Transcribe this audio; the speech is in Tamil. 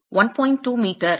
2 மீட்டர்